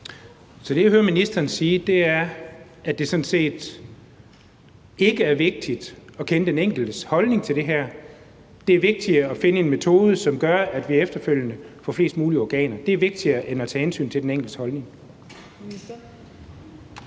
Så det, jeg hører ministeren sige, er, at det sådan set ikke er vigtigt at kende den enkeltes holdning til det her, men at det er vigtigere at finde en metode, som gør, at vi efterfølgende får flest mulige organer. Det er vigtigere end at tage hensyn til den enkeltes holdning.